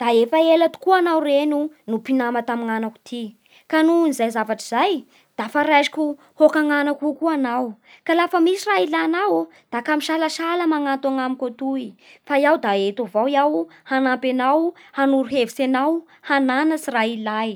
Da efa ela tokoa enao reno no mpinama amin'ny anako ty Ka nohon'izay zavatsy zay zavatra zay da fa raisiko hôkan'ny anako koa anao. Ka lafa misy raha ialanao ô, da ka misalasala mananto anamiko atoy fa iaho da eto avao aho hanampy anao hanoro hevitsy anao, hananatsy raha ilay